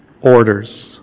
orders